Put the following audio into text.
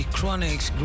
Chronics